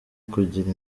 kugira